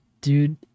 dude